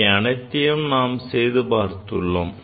இவை அனைத்தையும் நாம் செய்து பார்த்துள்ளோம்